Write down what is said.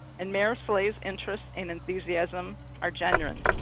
and mayor slay's interest and enthusiasm are genuine.